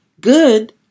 good